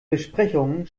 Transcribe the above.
besprechungen